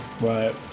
Right